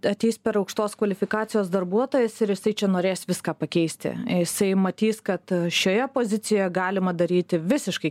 ateis per aukštos kvalifikacijos darbuotojas ir jisai čia norės viską pakeisti jisai matys kad šioje pozicijoje galima daryti visiškai